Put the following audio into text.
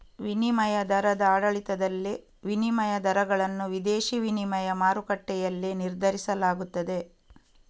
ವಿನಿಮಯ ದರದ ಆಡಳಿತದಲ್ಲಿ, ವಿನಿಮಯ ದರಗಳನ್ನು ವಿದೇಶಿ ವಿನಿಮಯ ಮಾರುಕಟ್ಟೆಯಲ್ಲಿ ನಿರ್ಧರಿಸಲಾಗುತ್ತದೆ